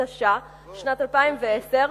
התש"ע 2010,